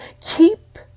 keep